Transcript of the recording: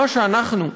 מה שאנחנו,